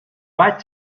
right